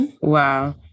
wow